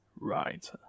Right